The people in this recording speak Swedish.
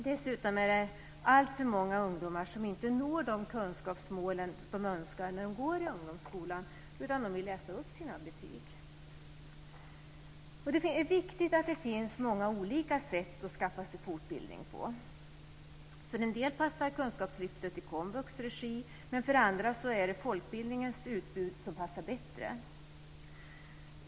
Dessutom finns det alltför många ungdomar som inte når de kunskapsmål som de önskar när de går i ungdomsskolan, utan som vill "läsa upp" sina betyg. Det är viktigt att det finns många olika sätt att skaffa sig fortbildning på. För en del passar Kunskapslyftet i komvux regi, men för andra passar folkbildningens utbud bättre.